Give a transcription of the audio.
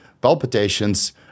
palpitations